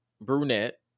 brunette